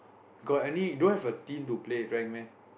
got any don't have a team to play rank meh